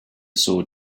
sword